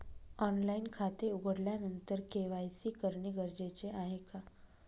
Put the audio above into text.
Online खाते उघडल्यानंतर KYC करणे गरजेचे आहे का?